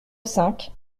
cinq